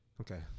okay